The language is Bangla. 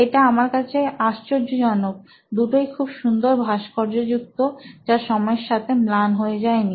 এটা আমার কাছে আশ্চর্যজনক দুটোই খুব সুন্দর ভাস্কর্যযুক্ত যা সময়ের সাথে ম্লান হয়ে যায়নি